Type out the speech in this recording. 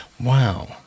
wow